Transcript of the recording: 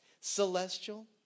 Celestial